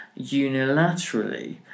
unilaterally